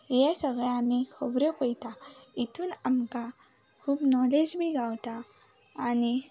हे सगळे आमी खबऱ्यो पळयता हेतूंत आमकां खूब नोलेज बीन गावता आनी